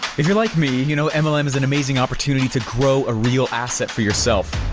if you're like me you know and mlm is an amazing opportunity to grow a real asset for yourself.